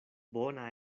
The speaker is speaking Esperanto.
bona